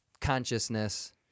consciousness